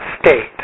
state